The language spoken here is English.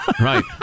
right